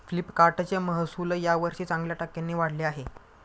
फ्लिपकार्टचे महसुल यावर्षी चांगल्या टक्क्यांनी वाढले आहे